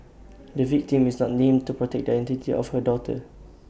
the victim is not named to protect the identity of her daughter